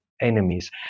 Enemies